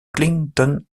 clinton